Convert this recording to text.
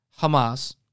Hamas